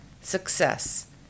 success